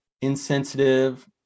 insensitive